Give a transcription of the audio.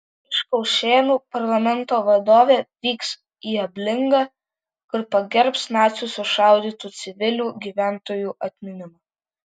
iš kaušėnų parlamento vadovė vyks į ablingą kur pagerbs nacių sušaudytų civilių gyventojų atminimą